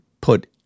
put